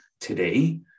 today